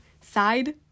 side